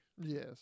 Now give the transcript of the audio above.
Yes